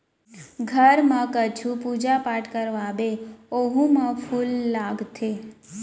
घर म कुछु पूजा पाठ करवाबे ओहू म फूल लागथे